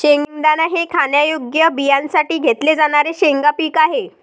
शेंगदाणा हे खाण्यायोग्य बियाण्यांसाठी घेतले जाणारे शेंगा पीक आहे